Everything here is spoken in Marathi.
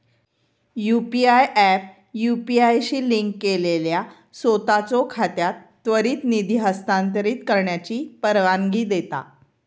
यू.पी.आय ऍप यू.पी.आय शी लिंक केलेल्या सोताचो खात्यात त्वरित निधी हस्तांतरित करण्याची परवानगी देता